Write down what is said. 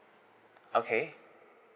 okay